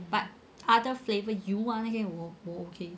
but other flavour 油 ah 那些我 okay